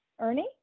Ernie